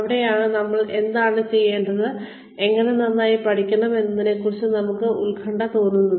അവിടെയാണ് നമ്മൾ എന്താണ് പഠിക്കേണ്ടത് എങ്ങനെ നന്നായി പഠിക്കണം എന്നതിനെക്കുറിച്ച് നമുക്ക് ഉത്കണ്ഠ തോന്നുന്നത്